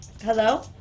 hello